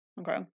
Okay